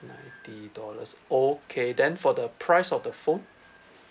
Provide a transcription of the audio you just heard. ninety dollars okay then for the price of the phone